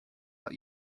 out